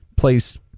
Place